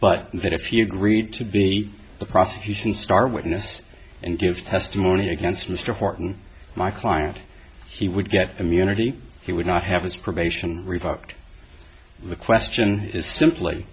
but that if you agreed to be the prosecution's star witness and give testimony against mr horton my client he would get immunity he would not have his probation revoked the question is simply